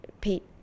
paid